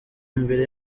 imbere